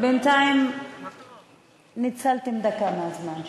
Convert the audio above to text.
בינתיים ניצלתם דקה מהזמן שלי.